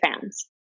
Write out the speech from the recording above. fans